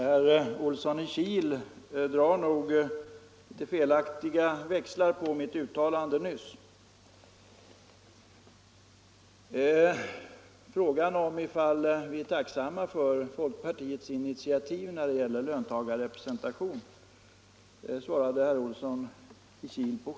Herr talman! Herr Olsson i Kil drar nog litet för stora växlar på mitt uttalande. Frågan huruvida vi är tacksamma för folkpartiets initiativ när det gäller löntagarrepresentation besvarade herr Olsson i Kil själv.